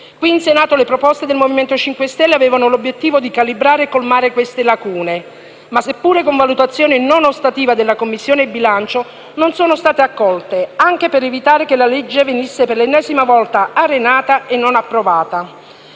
Qui in Senato le proposte del Movimento 5 Stelle avevano l'obiettivo di calibrare e colmare queste lacune ma, seppure con valutazione non ostativa da parte della Commissione bilancio, non sono state accolte, anche per evitare che il provvedimento, per l'ennesima volta, si arenasse e non venisse approvato.